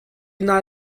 naa